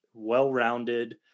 well-rounded